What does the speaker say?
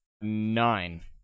Nine